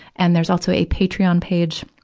and there's also a patreon page,